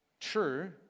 True